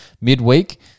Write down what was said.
midweek